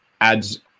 adds